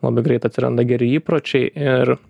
labai greit atsiranda geri įpročiai ir